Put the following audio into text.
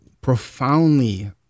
profoundly